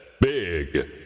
Big